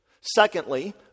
Secondly